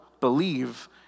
believe